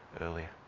earlier